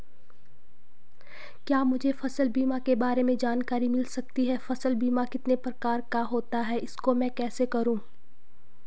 क्या मुझे फसल बीमा के बारे में जानकारी मिल सकती है फसल बीमा कितने प्रकार का होता है इसको मैं कैसे करूँ?